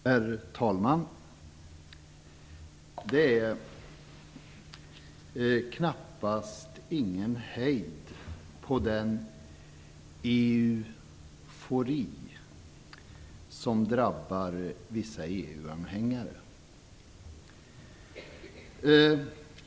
Herr talman! Det är knappast någon hejd på den "EU-fori" som drabbat vissa EU-anhängare.